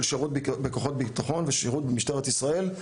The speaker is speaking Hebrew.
שירות בכוחות ביטחון ושירות במשטרת ישראל.